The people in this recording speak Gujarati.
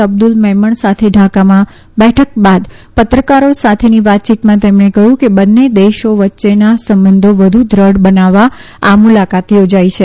અબ્દુલ મેમણ સાથે ઢાકામાં બેઠક બાદ પત્રકારો સાથેની વાતયીતમાં તેમણે કહ્યું કે બંને દેશો વચ્ચેના સંબંધો વદુ દૃઢ બનાવવા આ મુલાકાત યોજાઇ છે